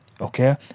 Okay